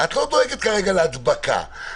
את לא דואגת להדבקה כרגע,